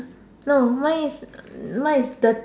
no mine is mine is dir